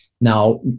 now